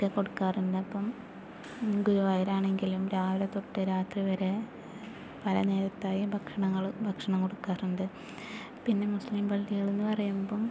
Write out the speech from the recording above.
ഒക്കെ കൊടുക്കാറുണ്ട് അപ്പോൾ ഗുരുവായൂർ ആണെങ്കിലും രാവിലെ തൊട്ട് രാത്രി വരെ പല നേരത്തായി ഭക്ഷണങ്ങള് ഭക്ഷണം കൊടുക്കാറുണ്ട് പിന്നെ മുസ്ലിം പള്ളികളെന്ന് പറയുമ്പോൾ